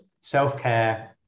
self-care